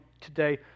today